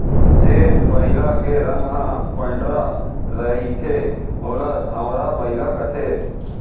जेन बइला के रंग ह पंडरा रहिथे ओला धंवरा बइला कथें